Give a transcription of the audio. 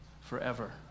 forever